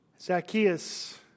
Zacharias